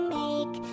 make